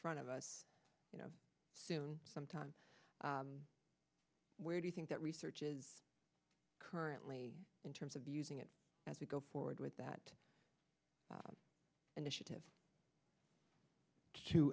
front of us you know soon sometime where do you think that research is currently in terms of using it as we go forward with that initiative to